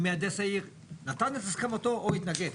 אם מהנדס העיר נתן את הסכמתו או התנגד.